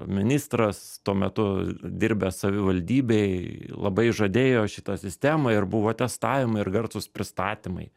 ministras tuo metu dirbęs savivaldybėj labai žadėjo šitą sistemą ir buvo testavimai ir garsūs pristatymai